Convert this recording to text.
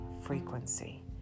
frequency